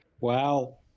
Wow